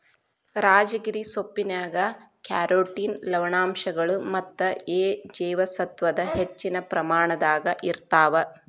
ರಾಜಗಿರಿ ಸೊಪ್ಪಿನ್ಯಾಗ ಕ್ಯಾರೋಟಿನ್ ಲವಣಾಂಶಗಳು ಮತ್ತ ಎ ಜೇವಸತ್ವದ ಹೆಚ್ಚಿನ ಪ್ರಮಾಣದಾಗ ಇರ್ತಾವ